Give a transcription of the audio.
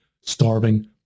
starving